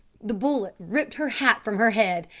the bullet ripped her hat from her head,